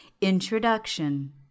Introduction